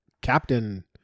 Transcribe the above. Captain